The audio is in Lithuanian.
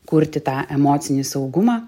kurti tą emocinį saugumą